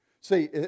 See